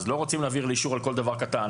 אז לא רוצים להעביר על כל דבר קטן.